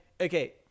okay